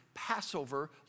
Passover